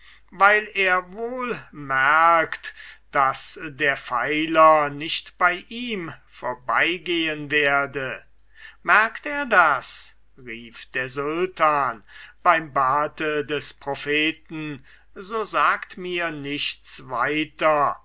weil er wohl merkt daß der pfeiler nicht bei ihm vorbeigehen würde merkt er das rief der sultan beim barte des propheten so sagt mir nichts weiter